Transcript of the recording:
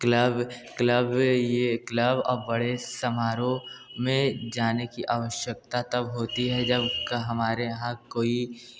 club club ये club अब बड़े समारोह में जाने की आवश्यकता तब होती है जब कि हमारे यहाँ कोई